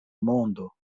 mondo